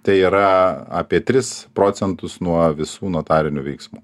tai yra apie tris procentus nuo visų notarinių veiksmų